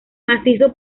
macizo